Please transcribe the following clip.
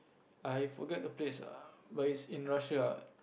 I forget the place